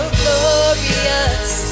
glorious